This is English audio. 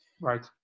Right